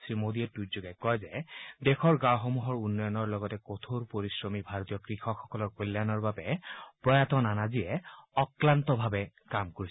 শ্ৰী মোডীয়ে টুইট যোগে কয় যে দেশৰ গাঁওসমূহৰ উন্নয়নৰ লগতে কঠোৰ পৰিশ্ৰমী ভাৰতীয় কৃষকসকলৰ কল্যাণৰ বাবে প্ৰয়াত নানাজীয়ে অক্ৰান্তভাৱে কাম কৰিছিল